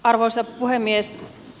arvoisa puhemies